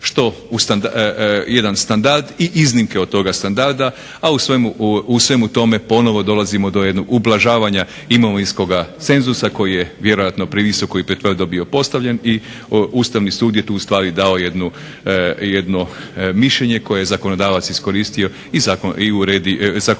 što jedan standard, i iznimke od toga standarda, a u svemu tome ponovo dolazimo do jednog ublažavanja imovinskoga cenzusa koji je vjerojatno previsoko i …/Govornik se ne razumije./… bio postavljen i Ustavni sud je tu ustvari dao jedno mišljenje koje je zakonodavac iskoristio i koji se predlaže